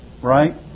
Right